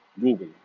Google